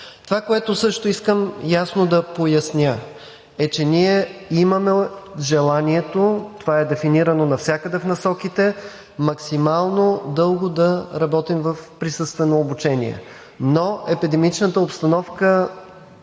Това, което също искам ясно да поясня, е, че ние имаме желанието, това е дефинирано навсякъде в насоките, максимално дълго да работим в присъствено обучение. Но епидемичната обстановка